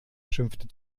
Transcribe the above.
schimpfte